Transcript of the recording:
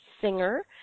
singer